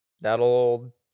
That'll